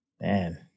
Man